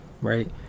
right